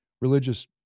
religious